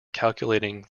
calculating